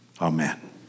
Amen